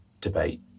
debate